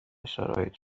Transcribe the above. شرایط